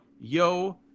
Yo